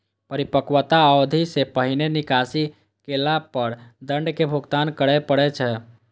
परिपक्वता अवधि सं पहिने निकासी केला पर दंड के भुगतान करय पड़ै छै